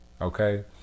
okay